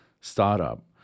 startup